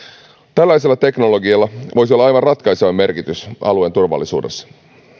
tällaisella teknologialla voisi olla aivan ratkaiseva merkitys alueen turvallisuudessa